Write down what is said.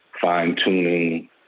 fine-tuning